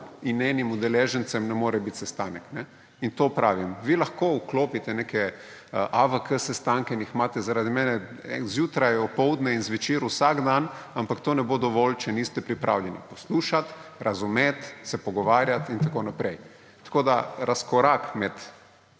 in enim udeležencem, ne more biti sestanek, in to pravim. Vi lahko vklopite neke AVK-sestanke in jih imate zaradi mene zjutraj, popoldne, zvečer vsak dan, ampak to ne bo dovolj, če niste pripravljeni poslušati, razumeti, se pogovarjati in tako naprej. Tako da je razkorak med